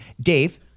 Dave